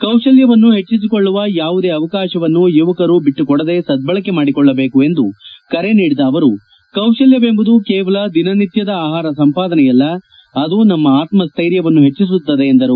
ಕೌಶಲ್ಯವನ್ನು ಹೆಚ್ಚಿಸಿಕೊಳ್ಳುವ ಯಾವುದೇ ಅವಕಾಶವನ್ನು ಯುವಕರು ಬಿಟ್ಟುಕೊಡದೇ ಸದ್ವಳಕೆ ಮಾಡಿಕೊಳ್ಳಬೇಕು ಎಂದು ಕರೆ ನೀಡಿದ ಅವರು ಕೌಶಲ್ತವೆಂಬುದು ಕೇವಲ ದಿನನಿತ್ಲದ ಆಹಾರ ಸಂಪಾದನೆಯಲ್ಲ ಅದು ನಮ್ಮ ಆತ್ಮ್ವೈರ್ಯವನ್ನು ಹೆಚ್ಚಿಸುತ್ತದೆ ಎಂದರು